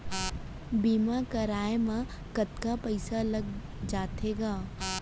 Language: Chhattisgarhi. बीमा करवाए म कतका पइसा लग जाथे गा?